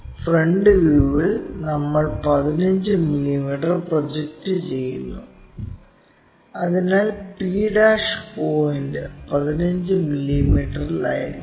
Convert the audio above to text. front വ്യൂവിൽ നമ്മൾ 15 millimetre project ചെയ്യുന്നു അതിനാൽ p പോയിന്റ് 15 മില്ലീമീറ്ററിലായിരിക്കും